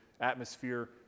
atmosphere